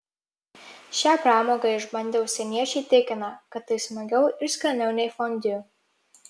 šią pramogą išbandę užsieniečiai tikina kad tai smagiau ir skaniau nei fondiu